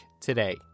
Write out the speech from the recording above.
today